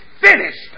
finished